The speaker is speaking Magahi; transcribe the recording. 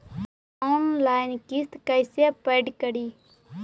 ऑनलाइन किस्त कैसे पेड करि?